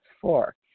Four